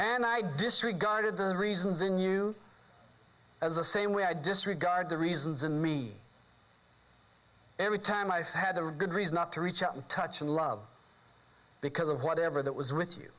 and i disregarded the reasons in you as a same way i disregard the reasons in the every time i had a good reason not to reach out and touch and love because of whatever that was with you